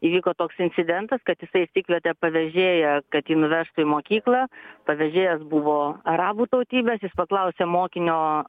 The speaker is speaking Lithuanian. įvyko toks incidentas kad jisai išsikvietė pavežėją kad jį nuvežtų į mokyklą pavežėjas buvo arabų tautybės jis paklausė mokinio